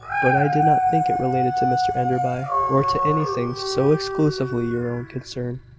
but i did not think it related to mr enderby, or to anything so exclusively your own concern.